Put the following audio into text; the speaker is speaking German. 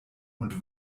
und